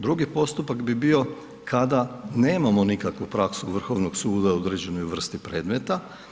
Drugi postupak bi bio kada nemamo nikakvu praksu Vrhovnog suda u određenoj vrsti predmeta.